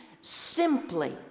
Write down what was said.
simply